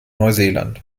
neuseeland